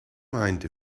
mind